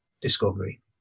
Discovery